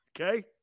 Okay